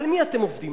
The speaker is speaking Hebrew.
על מי אתם עובדים?